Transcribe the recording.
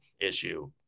issue